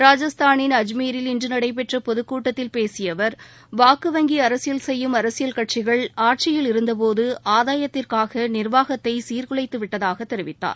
ராஜஸ்தானின் அஜ்மீரில் இன்று நடைபெற்ற பொதுக் கூட்டத்தில் பேசிய அவர் வாக்கு வங்கி அரசியல் செய்யும் அரசியல் கட்சிகள் ஆட்சியில் இருந்தபோது ஆதாயத்திற்காக நிர்வாகத்தை சீர்குலைத்துவிட்டதாக தெரிவித்தார்